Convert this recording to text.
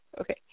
Okay